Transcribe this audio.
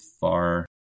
far